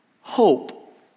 hope